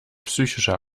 psychischer